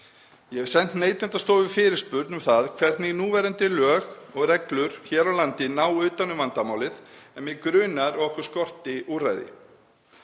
Ég hef sent Neytendastofu fyrirspurn um það hvernig núverandi lög og reglur hér á landi ná utan um vandamálið en mig grunar að okkur skorti úrræði.